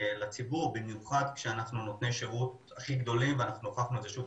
לציבור במיוחד כשאנחנו נותני שירות הכי גדולים ואנחנו הוכחנו את זה שוב,